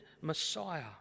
Messiah